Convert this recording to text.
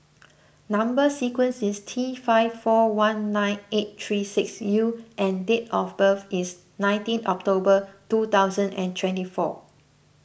Number Sequence is T five four one nine eight three six U and date of birth is nineteen October two thousand and twenty four